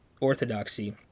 orthodoxy